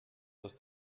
dass